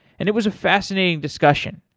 and it was a fascinating discussion.